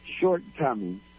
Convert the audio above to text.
shortcoming